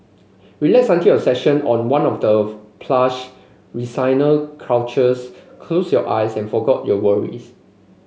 relax until your session on one of the plush recliner couches close your eyes and forgot your worries